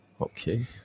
Okay